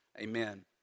amen